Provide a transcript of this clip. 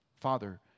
Father